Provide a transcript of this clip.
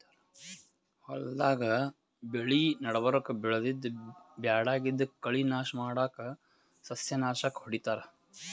ಹೊಲ್ದಾಗ್ ಬೆಳಿ ನಡಬರ್ಕ್ ಬೆಳ್ದಿದ್ದ್ ಬ್ಯಾಡಗಿದ್ದ್ ಕಳಿ ನಾಶ್ ಮಾಡಕ್ಕ್ ಸಸ್ಯನಾಶಕ್ ಹೊಡಿತಾರ್